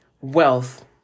wealth